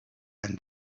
and